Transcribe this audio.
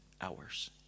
hours